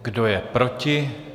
Kdo je proti?